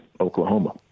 Oklahoma